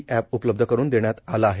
app उपलब्ध करुन देण्यात आल आहे